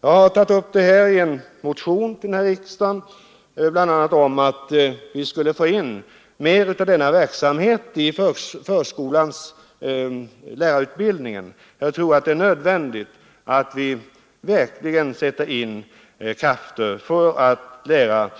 Jag har i en motion till denna riksdag tagit upp frågan om att vi skulle få in mer av denna verksamhet i förskolans lärarutbildning. Det tror jag är nödvändigt. Vi måste verkligen sätta in krafterna på att lära